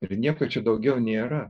ir nieko čia daugiau nėra